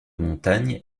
montagne